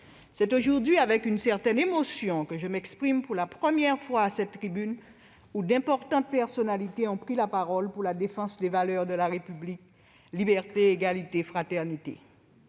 c'est avec une certaine émotion que je m'exprime pour la première fois à cette tribune où d'importantes personnalités ont pris la parole pour la défense des valeurs de la République : liberté, égalité, fraternité.